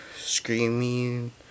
screaming